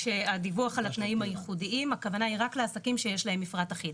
הדיווח על התנאים הייחודיים הכוונה היא רק לעסקים שיש להם מפרט אחיד.